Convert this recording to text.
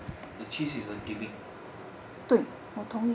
the cheese is a gimmick